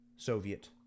Soviet